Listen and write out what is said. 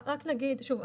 שוב,